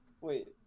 Wait